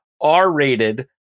R-rated